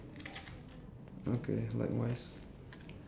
uh I I have O_C_D